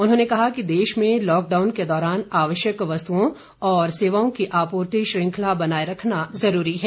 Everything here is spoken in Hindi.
उन्होंने कहा कि देश में लॉकडाउन के दौरान आवश्कयक वस्तुओं और सेवाओं की आपूर्ति श्रृंखला बनाये रखना ज़रूरी है